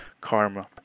karma